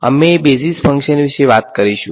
તેથી અમે basis function વિશે વાત કરીશું